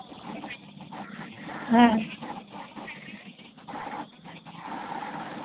হ্যাঁ